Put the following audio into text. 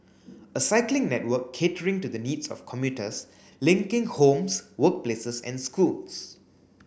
a cycling network catering to the needs of commuters linking homes workplaces and schools